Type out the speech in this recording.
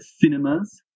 cinemas